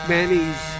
Manny's